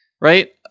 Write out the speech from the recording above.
right